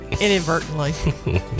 Inadvertently